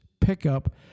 pickup